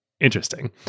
interesting